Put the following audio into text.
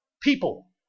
people